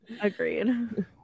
Agreed